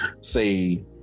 say